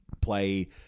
play